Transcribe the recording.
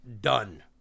done